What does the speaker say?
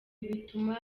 bituma